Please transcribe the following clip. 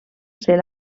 ser